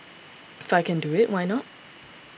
if I can do it why not